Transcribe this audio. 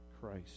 Christ